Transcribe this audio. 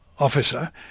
officer